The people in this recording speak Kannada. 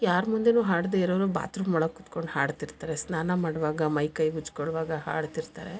ಯಾರ ಮುಂದೆನು ಹಾಡದೇ ಇರೋರು ಬಾತ್ರೂಮ್ ಒಳಗೆ ಕುತ್ಕೊಂಡು ಹಾಡ್ತಿರ್ತಾರೆ ಸ್ನಾನ ಮಾಡುವಾಗ ಮೈ ಕೈ ಉಜ್ಕೊಳ್ಳುವಾಗ ಹಾಡ್ತಿರ್ತಾರೆ